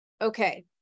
Okay